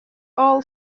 all